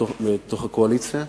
בתוך הקואליציה.